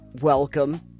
Welcome